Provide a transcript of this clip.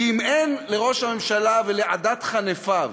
כי אם אין לראש הממשלה ולעדת חנפיו